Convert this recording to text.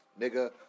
nigga